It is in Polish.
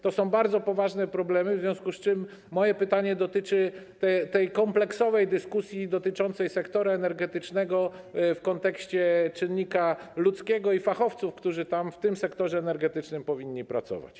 To są bardzo poważne problemy, w związku z tym moje pytanie dotyczy kompleksowej dyskusji o sektorze energetycznym w kontekście czynnika ludzkiego i fachowców, którzy w tym sektorze energetycznym powinni pracować.